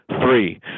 Three